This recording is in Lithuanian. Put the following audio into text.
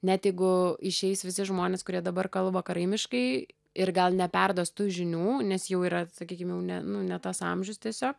net jeigu išeis visi žmonės kurie dabar kalba karaimiškai ir gal neperduos tų žinių nes jau yra sakykim jau ne nu ne tas amžiaus tiesiog